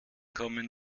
kommen